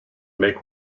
make